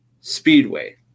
Speedway